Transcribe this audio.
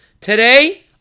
Today